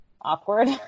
awkward